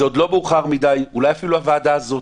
זה עוד לא מאוחר מדי, אולי אפילו הוועדה הזאת